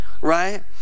Right